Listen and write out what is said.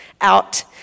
out